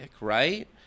right